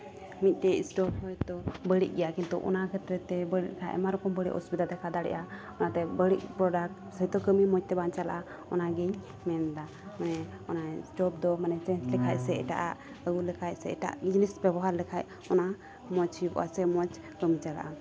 ᱢᱤᱫᱴᱮᱱ ᱥᱴᱳᱵᱷ ᱚᱣᱟᱪ ᱫᱚ ᱵᱟᱹᱲᱤᱡ ᱜᱮᱭᱟ ᱠᱤᱱᱛᱩ ᱚᱱᱟ ᱠᱷᱮᱛᱨᱮ ᱛᱮ ᱵᱟᱹᱲᱤᱡ ᱠᱷᱟᱱ ᱟᱭᱢᱟ ᱨᱚᱠᱚᱢ ᱵᱟᱹᱲᱤᱡ ᱚᱥᱩᱵᱤᱫᱷᱟ ᱛᱟᱦᱮᱸ ᱫᱮᱠᱷᱟᱣ ᱫᱟᱲᱮᱭᱟᱜᱼᱟ ᱚᱱᱟᱛᱮ ᱵᱟᱹᱲᱤᱡ ᱯᱨᱚᱰᱟᱠᱴ ᱡᱚᱛᱚ ᱠᱟᱹᱢᱤ ᱢᱚᱡᱽ ᱛᱮ ᱵᱟᱝ ᱪᱟᱞᱟᱜᱼᱟ ᱚᱱᱟᱜᱤᱧ ᱢᱮᱱᱮᱫᱟ ᱚᱱᱟ ᱥᱴᱳᱵᱷ ᱫᱚ ᱪᱮᱧᱡᱽ ᱞᱮᱠᱷᱟᱱ ᱥᱮ ᱮᱴᱟᱜ ᱟᱜ ᱟᱹᱜᱩ ᱞᱮᱠᱷᱟᱱ ᱥᱮ ᱮᱴᱟᱜ ᱡᱤᱱᱤᱥ ᱵᱮᱵᱚᱦᱟᱨ ᱞᱮᱠᱷᱟᱱ ᱚᱱᱟ ᱢᱚᱡᱽ ᱦᱩᱭᱩᱜ ᱟᱥᱮ ᱢᱚᱡᱽ ᱠᱟᱹᱢᱤ ᱪᱟᱞᱟᱜᱼᱟ